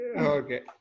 Okay